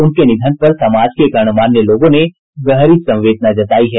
उनके निधन पर समाज के गणमान्य लोगों ने गहरी संवेदना जतायी है